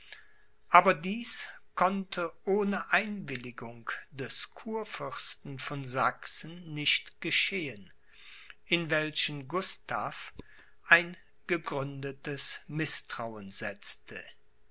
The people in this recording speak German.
aber dies konnte ohne einwilligung des kurfürsten von sachsen nicht geschehen in welchen gustav ein gegründetes mißtrauen setzte